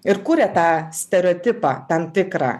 ir kūria tą stereotipą tam tikrą